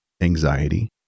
anxiety